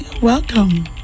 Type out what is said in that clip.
Welcome